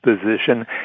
position